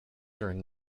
during